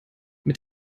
mit